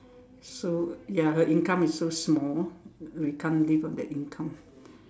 so ya her income is so small we can't live on that income